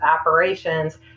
operations